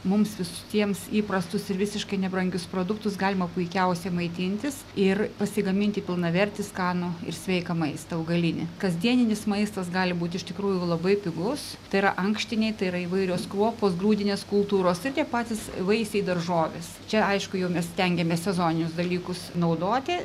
mums visiems įprastus ir visiškai nebrangius produktus galima puikiausia maitintis ir pasigaminti pilnavertį skanų ir sveiką maistą augalinį kasdieninis maistas gali būt iš tikrųjų labai pigus tai yra ankštiniai tai yra įvairios kruopos grūdinės kultūros tai tie patys vaisiai daržovės čia aišku jau mes stengiamės sezoninius dalykus naudoti